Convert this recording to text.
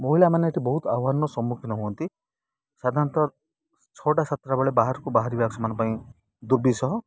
ମହିଳାମାନେ ଏଇଠି ବହୁତ ଆହ୍ୱାନର ସମ୍ମୁଖୀନ ହୁଅନ୍ତି ସାଧାରଣତଃ ଛଅଟା ସାତଟା ବେଳେ ବାହାରକୁ ବାହାରିବା ସେମାନଙ୍କ ପାଇଁ ଦୁର୍ବିଷ